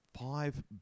five